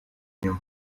nyuma